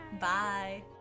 bye